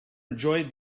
enjoyed